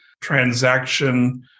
transaction